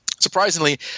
Surprisingly